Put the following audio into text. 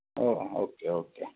ହଉ okay okay